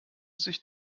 sich